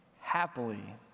happily